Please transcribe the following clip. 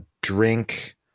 drink